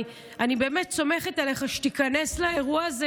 אני באמת סומכת עליך שתיכנס לאירוע הזה